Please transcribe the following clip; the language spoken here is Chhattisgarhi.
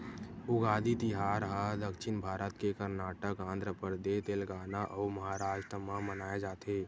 उगादी तिहार ल दक्छिन भारत के करनाटक, आंध्रपरदेस, तेलगाना अउ महारास्ट म मनाए जाथे